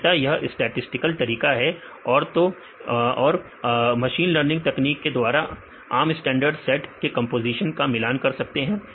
मुख्यता इस स्टैटिसटिकल तरीका और तो और मशीन लर्निंग तकनीक के द्वारा आम स्टैंडर्ड सेट के कंपोजीशन का मिलान कर सकते हैं